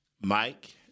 Mike